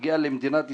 הגיע למדינת ישראל,